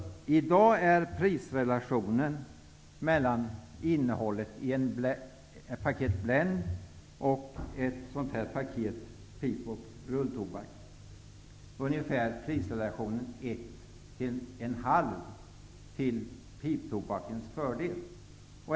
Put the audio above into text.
I dag är prisrelationen när det gäller innehållet i ett paket Blend och innehållet i ett paket pip och rulltobak ungefär 1,0:0,5 till piptobakens fördel.